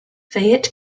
fayette